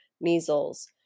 measles